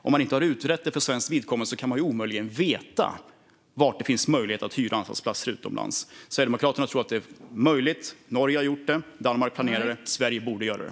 Om man inte har utrett det för svenskt vidkommande kan man omöjligen veta var det finns möjlighet att hyra anstaltsplatser utomlands. Sverigedemokraterna tror att det är möjligt. Norge har gjort det, Danmark planerar det, Sverige borde göra det.